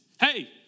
hey